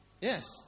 Yes